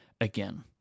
again